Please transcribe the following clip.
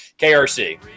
KRC